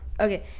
Okay